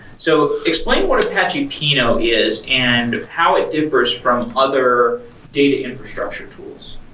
so explain what apache pinot is and how it differs from other data infrastructure tools.